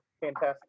fantastic